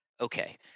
okay